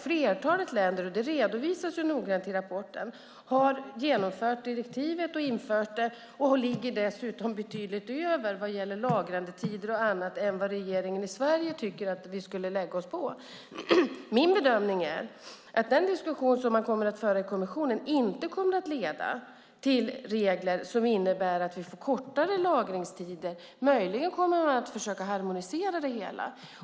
Flertalet länder, och det redovisas noggrant i rapporten, har genomfört direktivet och infört det. De ligger dessutom betydligt över de lagringstider som regeringen i Sverige tycker att vi ska lägga oss på. Min bedömning är att den diskussion som man kommer att föra i kommissionen inte kommer att leda till regler som innebär att vi får kortare lagringstider. Möjligen kommer man att försöka harmonisera det hela.